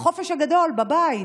בחופש הגדול, בבית.